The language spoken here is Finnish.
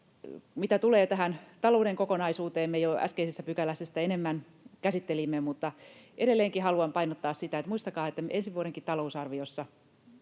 Mitä tulee tähän talouden kokonaisuuteen — me jo äskeisessä pykälässä sitä enemmän käsittelimme — edelleenkin haluan painottaa sitä, että muistakaa, että ensi vuodenkin talousarviossa